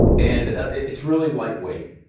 and it's really lightweight.